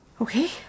Okay